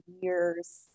years